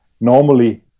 Normally